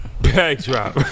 Backdrop